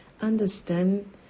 understand